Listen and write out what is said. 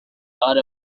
are